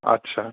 अच्छा